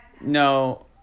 no